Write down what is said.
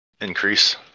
increase